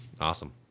Awesome